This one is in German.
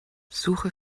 suche